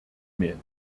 mail